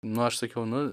nu aš sakiau nu